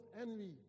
envy